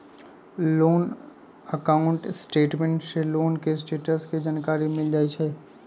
loan account statement से loan के status के जानकारी मिल जाइ हइ